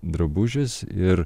drabužis ir